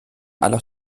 aller